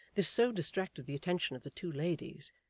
this so distracted the attention of the two ladies,